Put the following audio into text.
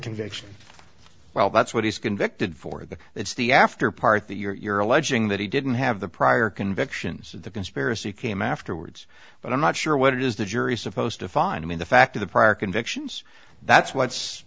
conviction well that's what he's convicted for the it's the after part that you're alleging that he didn't have the prior convictions that the conspiracy came afterwards but i'm not sure what it is the jury is supposed to find i mean the fact of the prior convictions that's what's